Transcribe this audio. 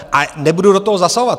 A nebudu do toho zasahovat.